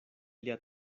lia